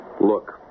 Look